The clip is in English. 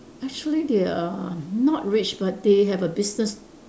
actually they are not rich but they have a business